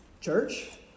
church